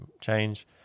change